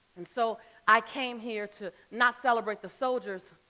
and so i came here to not celebrate the soldiers,